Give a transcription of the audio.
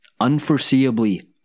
unforeseeably